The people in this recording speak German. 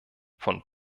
von